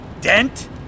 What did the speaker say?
Dent